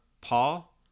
Paul